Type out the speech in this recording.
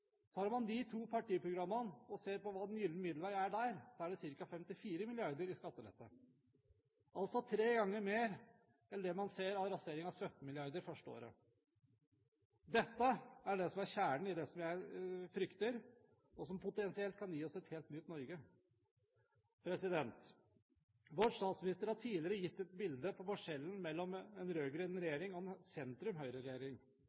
Tar man de to partiprogrammene og ser på hva den gylne middelvei er der, er det ca. 54 mrd. kr i skattelette – altså tre ganger mer enn det man ser av rasering med kuttet på 17 mrd. første året. Dette er det som er kjernen i det som jeg frykter, og som potensielt kan gi oss et helt nytt Norge. Vår statsminister har tidligere gitt et bilde på forskjellen mellom en